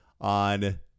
on